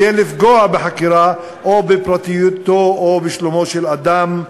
כדי לפגוע בחקירה או בפרטיותו או בשלומו של אדם,